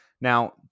now